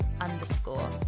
underscore